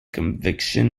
conviction